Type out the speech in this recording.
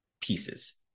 pieces